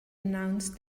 announced